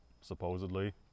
supposedly